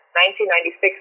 1996